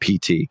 PT